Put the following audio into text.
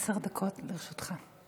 עשר דקות לרשותך.